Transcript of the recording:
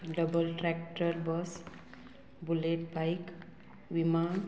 double tractor bus bullet bike विमान